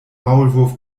maulwurf